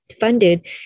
funded